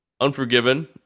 Unforgiven